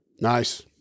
Nice